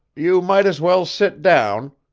you might as well sit down,